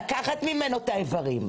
לקחת ממנו את האיברים.